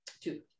two